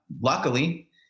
luckily